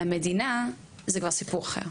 אבל למדינה זה כבר סיפור אחר.